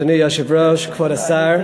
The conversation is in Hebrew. אדוני היושב-ראש, כבוד השר,